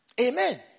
Amen